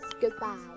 Goodbye